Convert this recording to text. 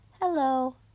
hello